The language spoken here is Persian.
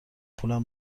پولم